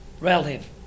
relative